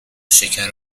شکر